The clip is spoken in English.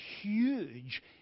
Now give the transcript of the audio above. huge